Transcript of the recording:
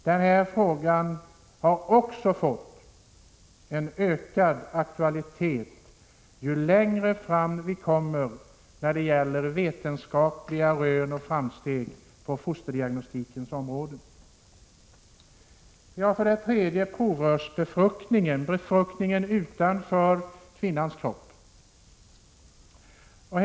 Den frågan har fått ökad aktualitet allteftersom vetenskapen har gått framåt på fosterdiagnostikens område. Vi har för det tredje provrörsbefruktningen, dvs. befruktning utanför kvinnans kropp.